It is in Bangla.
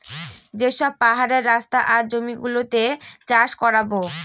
যে সব পাহাড়ের রাস্তা আর জমি গুলোতে চাষ করাবো